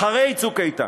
אחרי "צוק איתן"